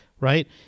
right